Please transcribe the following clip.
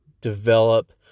develop